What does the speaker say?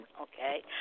Okay